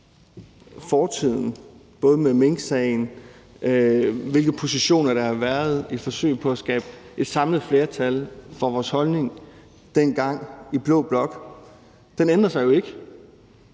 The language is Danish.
fortiden, både det med minksagen, og hvilke positioner der har været i et forsøg på at skabe et samlet flertal for vores holdning dengang i blå blok, sig jo ikke.